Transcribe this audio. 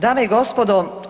Dame i gospodo.